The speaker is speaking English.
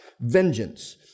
vengeance